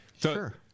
Sure